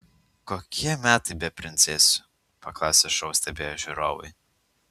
kokie metai be princesių klausė šou stebėję žiūrovai